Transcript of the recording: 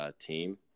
team